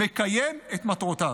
מקיים את מטרותיו.